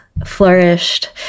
flourished